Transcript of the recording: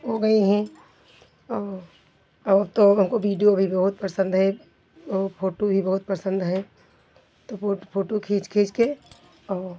ओ गई हैं और और तो अब हमको वीडिओ भी बहुत पसंद है ओ फोटू भी बहुत पसंद है तो फोटू फोटू खींच खींच के और